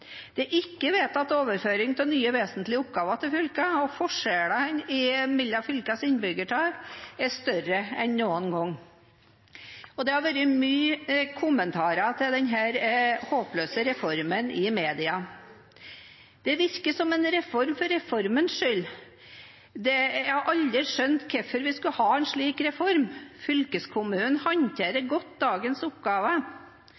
Det er ikke vedtatt overføring av nye vesentlige oppgaver til fylkene, og forskjellen i fylkenes innbyggertall er større enn noen gang. Det har vært mange kommentarer til denne håpløse reformen i media. Det virker som en reform for reformens skyld. Jeg har aldri skjønt hvorfor vi skal ha en slik reform. Fylkeskommunen